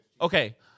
okay